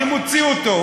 אני מוציא אותו,